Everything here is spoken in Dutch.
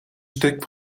stuk